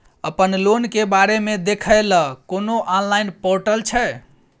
अपन लोन के बारे मे देखै लय कोनो ऑनलाइन र्पोटल छै?